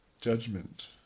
judgment